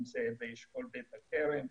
אם זה באשכול בית הכרם,